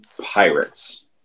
Pirates